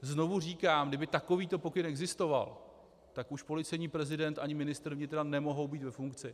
Znovu říkám, kdyby takovýto pokyn existoval, tak už policejní prezident ani ministr vnitra nemohou být ve funkci.